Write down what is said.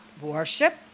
worship